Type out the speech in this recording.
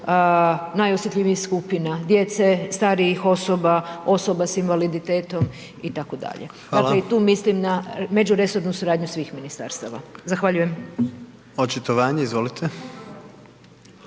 najosjetljivijih skupina, djece, starijih osoba, osoba s invaliditetom, itd. .../Upadica: Hvala./... dakle i tu mislim na međuresornu suradnju svih ministarstava. Zahvaljujem. **Jandroković,